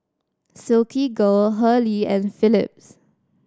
Silkygirl Hurley and Phillips